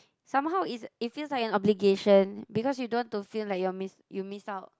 somehow is it feels like an obligation because you don't want to feel like you're miss you miss out